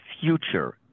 future